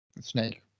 Snake